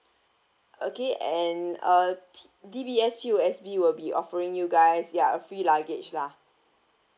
okay and uh D_B_S P_O_S_B will be offering you guys their free luggage lah